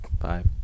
five